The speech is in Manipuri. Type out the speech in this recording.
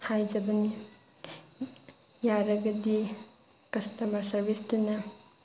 ꯍꯥꯏꯖꯕꯅꯤ ꯌꯥꯔꯒꯗꯤ ꯀꯁꯇꯃꯔ ꯁꯥꯔꯕꯤꯁꯇꯨꯅ